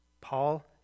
Paul